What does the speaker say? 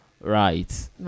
right